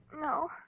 No